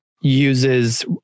uses